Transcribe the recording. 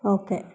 okay